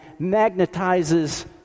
magnetizes